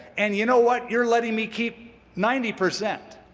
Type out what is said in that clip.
and you know what? you're letting me keep ninety percent.